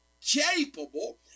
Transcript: capable